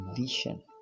Vision